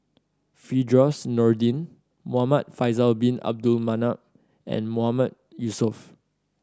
Firdaus Nordin Muhamad Faisal Bin Abdul Manap and Mahmood Yusof